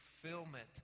fulfillment